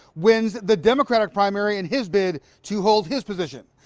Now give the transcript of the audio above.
when's the democratic primary in his bid to hold his position.